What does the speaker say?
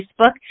Facebook